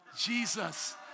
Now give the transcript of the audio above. Jesus